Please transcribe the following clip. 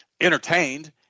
entertained